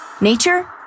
nature